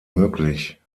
möglich